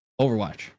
overwatch